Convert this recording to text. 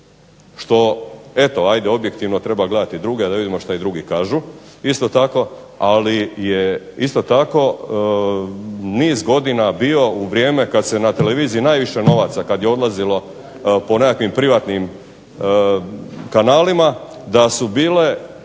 što eto ajde objektivno treba gledati i druge da vidimo što drugi kažu. Isto tako niz godina je bio u vrijeme kada se na televiziji najviše novaca kada je odlazio po nekakvim privatnim kanalima, da su bile